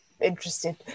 interested